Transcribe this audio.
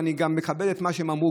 ואני מכבד את מה שהם אמרו,